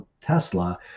Tesla